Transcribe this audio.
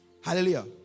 Hallelujah